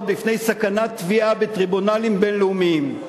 בפני סכנת תביעה בטריבונלים בין-לאומיים.